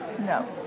no